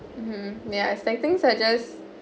mmhmm ya it's like things are just